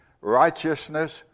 righteousness